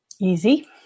easy